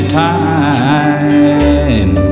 time